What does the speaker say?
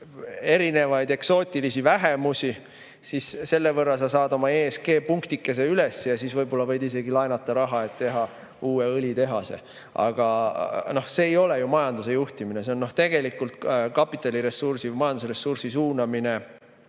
erinevaid eksootilisi vähemusi, siis selle võrra sa saad oma ESG-punktikese üles ja siis võib-olla võid isegi laenata raha, et teha uus õlitehas. Aga no see ei ole majanduse juhtimine. See on tegelikult kapitaliressursi, majandusressursi suunamine